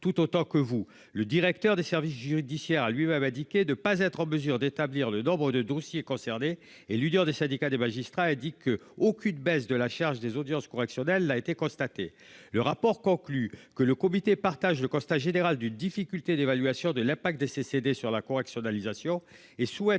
tout autant que vous le directeur des services judiciaires a lui va Madické de pas être en mesure d'établir le nombre de dossiers concernés et leader des syndicats des magistrats indique que aucune baisse de la charge des audiences correctionnelles a été constatée. Le rapport conclut que le comité partage le constat général d'une difficulté d'évaluation de l'impact des CCD sur la correctionnalisation et souhaite